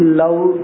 love